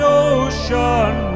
ocean